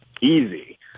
easy